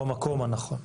במקום הנכון.